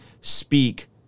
speak